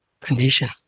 condition